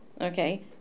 okay